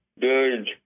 Good